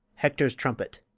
hector's trumpet.